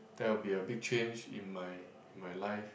that will be a big change in my in my life